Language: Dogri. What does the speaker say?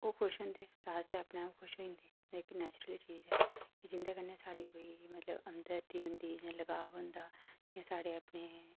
ओह् खुश होंदे तां अस ते अपने आप खुश होई जंदे जेह्की नेचुरल चीज़ ऐ कि जिं'दे कन्नै साढ़ी कोई मतलब अंदर दी होंदी जां लगाव होंदा जि'यां साढ़े अपने